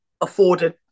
afforded